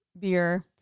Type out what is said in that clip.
beer